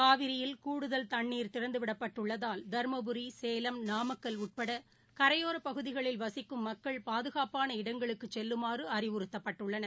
காவிரியில் கூடுதல் தண்ணீர் திறந்துவிடப்பட்டுள்ளதால் தர்மபுரி சேலம் நாமக்கல் உட்படகரையோரபகுதிகளில் வசிக்கும் மக்கள் பாதுகாப்பான இடங்களுக்குசெல்லுமாறுஅறிவுறுத்தப்பட்டுள்ளனர்